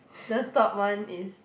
the top one is